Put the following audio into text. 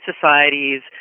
societies